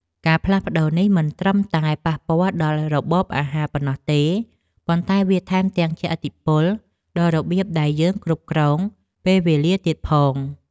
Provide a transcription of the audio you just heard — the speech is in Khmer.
ការផ្លាស់ប្តូរនេះមិនត្រឹមតែប៉ះពាល់ដល់របបអាហារប៉ុណ្ណោះទេ ប៉ុន្តែវាថែមទាំងជះឥទ្ធិពលដល់របៀបដែលយើងគ្រប់គ្រងពេលវេលាទៀតផង។